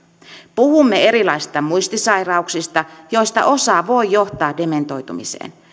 puhumme erilaisista muistisairauksista joista osa voi johtaa dementoitumiseen